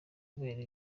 kubera